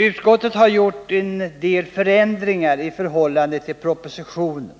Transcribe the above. Utskottet har föreslagit en del förändringar i förhållande till propositionen.